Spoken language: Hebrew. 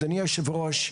אדוני יושב הראש,